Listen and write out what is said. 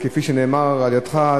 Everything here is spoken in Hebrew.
כפי שנאמר על-ידך,